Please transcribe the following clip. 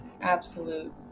absolute